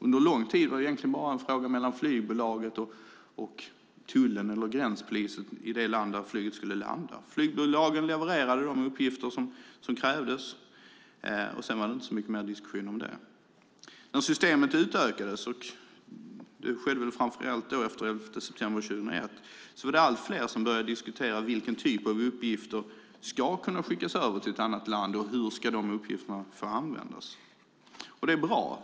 Under lång tid var det egentligen bara en fråga mellan flygbolaget och tullen eller gränspolisen i det land där planet skulle landa. Flygbolagen levererade de uppgifter som krävdes, och så var det inte mycket mer diskussion om det. När systemet utökades, framför allt efter den 11 september 2001, var det allt fler som började diskutera vilken typ av uppgifter som ska kunna skickas över till ett annat land och hur de uppgifterna skulle få användas. Det är bra.